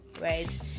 right